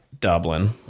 dublin